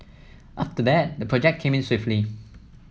after that the project came in swiftly